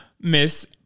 Miss